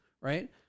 right